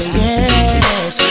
yes